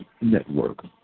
Network